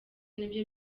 nibyo